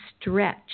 stretch